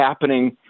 happening